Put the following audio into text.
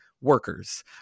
workers